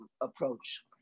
approach